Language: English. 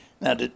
Now